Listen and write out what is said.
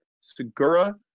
Segura